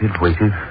waited